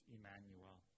Emmanuel